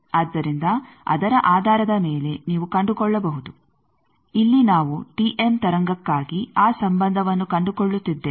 ಆದ್ದರಿಂದ ಅದರ ಆಧಾರದ ಮೇಲೆ ನೀವು ಕಂಡುಕೊಳ್ಳಬಹುದು ಇಲ್ಲಿ ನಾವು ಟಿಎಮ್ ತರಂಗಕ್ಕಾಗಿ ಆ ಸಂಬಂಧವನ್ನು ಕಂಡುಕೊಳ್ಳುತ್ತಿದ್ದೇವೆ